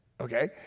Okay